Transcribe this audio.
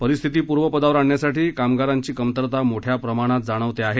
परिस्थिती पूर्वपदावर आणण्यासाठी कामगारांची कमतरता मोठ्या प्रमाणात जाणवते आहे